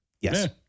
Yes